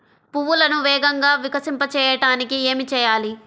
పువ్వులను వేగంగా వికసింపచేయటానికి ఏమి చేయాలి?